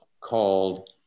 called